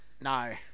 No